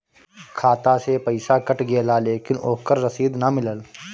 खाता से पइसा कट गेलऽ लेकिन ओकर रशिद न मिलल?